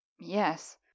Yes